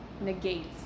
negates